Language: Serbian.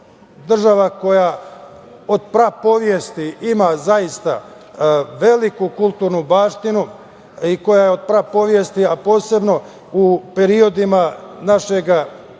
država koja od praistorije ima zaista veliku kulturnu baštinu i koja je od praistorije, a posebno u periodima našeg